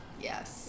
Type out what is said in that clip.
Yes